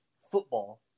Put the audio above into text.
football